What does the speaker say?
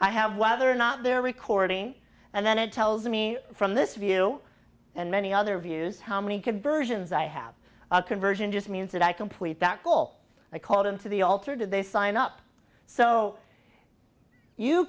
i have whether or not they're recording and then it tells me from this view and many other views how many conversions i have a conversion just means that i complete that call i called into the alter did they sign up so you